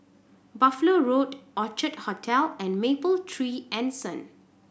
Buffalo Road Orchard Hotel and Mapletree Anson